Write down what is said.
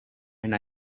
and